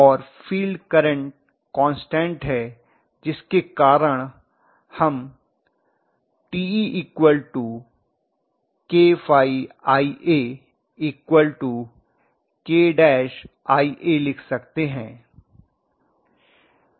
और field current constant है जिसके कारण हम Te kɸIa kl Ia लिख सकते हैं